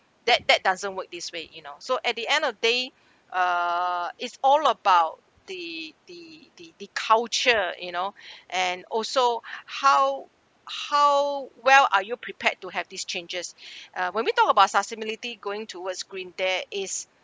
that that doesn't work this way you know so at the end of day uh is all about the the the the culture you know and also how how well are you prepared to have these changes uh when we talk about sustainability going towards green there is